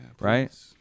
Right